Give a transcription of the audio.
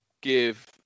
give